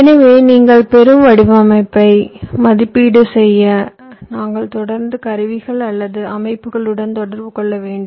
எனவே நீங்கள் பெறும் வடிவமைப்பை மதிப்பீடு செய்ய நீங்கள் தொடர்ந்து கருவிகள் அல்லது அமைப்புகளுடன் தொடர்பு கொள்ள வேண்டும்